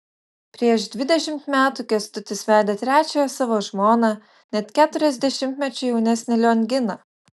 prieš dvidešimt metų kęstutis vedė trečiąją savo žmoną net keturiasdešimtmečiu jaunesnę lionginą